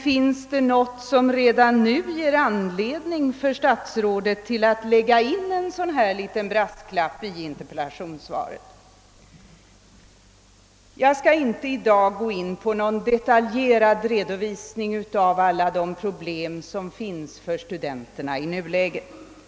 Finns det något som redan nu ger statsrådet anledning att lägga in en sådan här liten brasklapp i interpellationssvaret? Jag skall inte i dag gå in på någon detaljerad redovisning av alla de problem som studenterna har i nuläget.